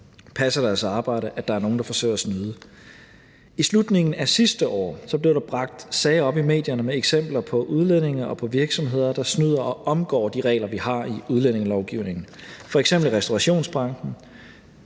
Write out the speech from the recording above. passer deres arbejde, at der er nogen, der forsøger at snyde. I slutningen af sidste år blev der bragt sager op i medierne med eksempler på udlændinge og på virksomheder, der snyder og omgår de regler, vi har i udlændingelovgivningen, f.eks. restaurationsbranchen,